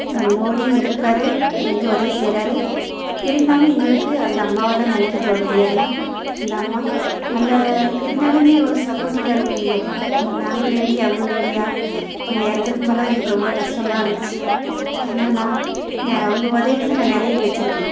மோடி வந்திருக்காரு கொஞ்சம் கொஞ்சம் உதவி செய்கிறாரு இருந்தாலும் எங்களுக்கு அந்த அம்மாவைதான் நெனைக்க தோணுது ஏன்னா அந்த அம்மா நல்ல எதுனாலுமே ஒரு சப்போர்டிங்காக இருக்கும் எங்களுக்கு ஏன்னா நாங்களும் லேடி அவங்களும் லேடியாக அவங்க இறந்துருக்கும் போதெலாம் எங்களுக்கு ரொம்ப கஷ்டமாக இருந்திச்சு ஏன்னா நான் அவங்க உதவி வந்து நான் நிறையா